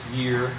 year